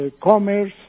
Commerce